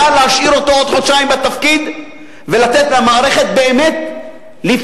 יכול היה להשאיר אותו עוד חודשיים בתפקיד ולתת למערכת באמת לפעול,